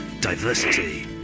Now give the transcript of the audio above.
Diversity